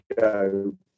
go